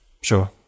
Sure